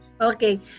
Okay